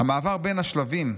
"המעבר בין השלבים"